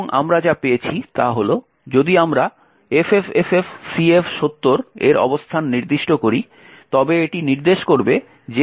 এবং আমরা যা পেয়েছি তা হল যদি আমরা FFFFCF70 এর অবস্থান নির্দিষ্ট করি তবে এটি নির্দেশ করবে যে এটি আসলে কাজ করবে